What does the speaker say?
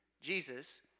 Jesus